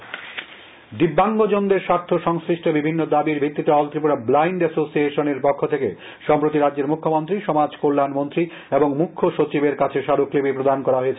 দৃষ্টিহীন দিব্যাঙ্গজনদের স্বার্থ সংশ্লিষ্ট বিভিন্ন দাবির ভিত্তিতে অল ত্রিপুরা ব্লাইন্ড এসোসিয়েশনের পক্ষ থেকে সম্প্রতি রাজ্যের মুখ্যমন্ত্রী সমাজ কল্যাণমন্ত্রী এবং মুখ্যসচিবের কাছে স্মারকলিপি প্রদান করা হয়েছে